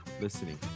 listening